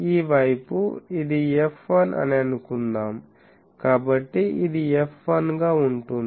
ఈ వైపు ఇది f1 అని అనుకుందాం కాబట్టి ఇది f1 గా ఉంటుంది